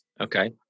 Okay